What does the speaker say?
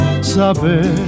saber